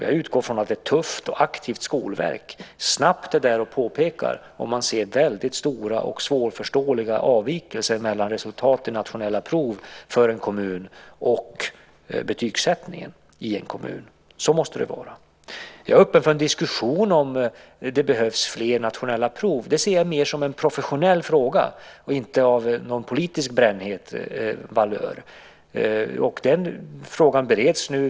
Jag utgår ifrån att ett tufft och aktivt skolverk snabbt är framme och påpekar om man ser väldigt stora och svårförståeliga avvikelser mellan resultat i nationella prov och betygssättningen i en kommun. Så måste det vara. Jag är öppen för en diskussion om huruvida det behövs fler nationella prov. Det ser jag mer som en professionell fråga, inte som en fråga av politisk brännhet valör. Den frågan bereds nu.